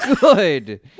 good